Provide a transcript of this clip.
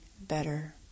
better